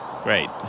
Great